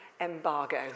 embargo